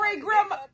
grandma